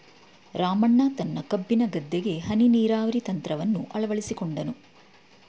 ರಾಮಣ್ಣ ತನ್ನ ಕಬ್ಬಿನ ಗದ್ದೆಗೆ ಹನಿ ನೀರಾವರಿ ತಂತ್ರವನ್ನು ಅಳವಡಿಸಿಕೊಂಡು